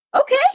okay